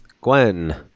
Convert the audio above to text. Gwen